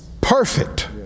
perfect